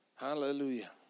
Hallelujah